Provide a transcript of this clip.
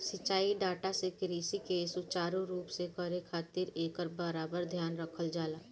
सिंचाई डाटा से कृषि के सुचारू रूप से करे खातिर एकर बराबर ध्यान रखल जाला